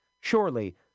Surely